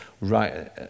right